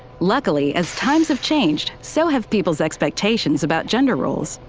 luckily, as times have changed, so have people's expectations about gender roles.